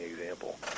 example